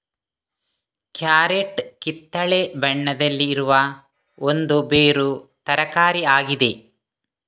carrot ಕಿತ್ತಳೆ ಬಣ್ಣದಲ್ಲಿ ಇರುವ ಒಂದು ಬೇರು ತರಕಾರಿ ಆಗಿದೆ